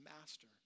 master